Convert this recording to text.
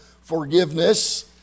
forgiveness